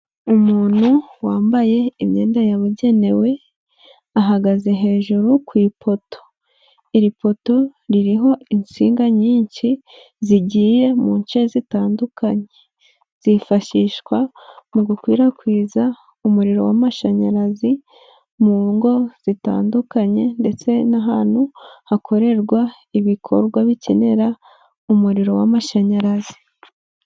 Umuntu wambaye imyenda yabugenewe, ahagaze hejuru ku ipoto. Iri poto ririho insinga nyinshi zigiye mu nshe zitandukanye. Zifashishwa mu gukwirakwiza umuriro w'amashanyarazi mu ngo zitandukanye ndetse n'ahantu hakorerwa ibikorwa bikenera umuriro w'amashanyarazi.